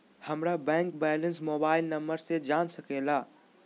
हमारा bank balance mobile number से जान सके ला?